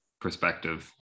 perspective